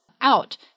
out